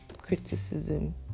criticism